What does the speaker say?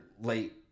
late